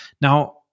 Now